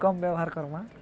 କମ୍ ବ୍ୟବହାର କର୍ମା